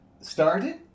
started